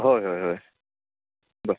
होय होय होय बरं